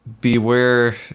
Beware